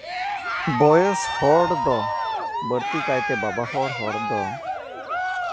ᱵᱚᱭᱚᱥ ᱦᱚᱲ ᱫᱚ ᱵᱟᱹᱲᱛᱤ ᱠᱟᱭᱛᱮ ᱵᱟᱵᱟ ᱦᱚᱲ ᱦᱚᱲ ᱫᱚ